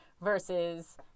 versus